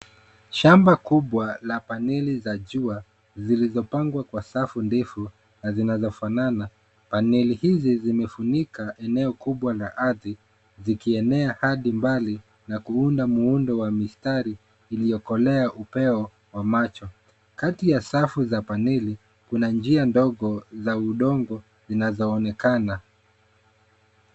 Shamba kubwa la paneli za jua, zilizopangwa kwa safu ndefu, na zinazofanana. Paneli hizi zimefunika eneo kubwa la ardhi, zikienea hadi mbali, na kuunda muundo wa mistari, iliyokolea upeo, wa macho. Kati ya safu za paneli, kuna njia ndogo za udongo, zinazoonekana.